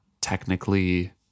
technically